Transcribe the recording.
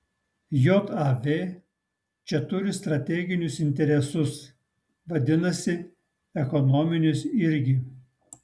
jav čia turi strateginius interesus vadinasi ekonominius irgi